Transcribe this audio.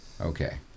Okay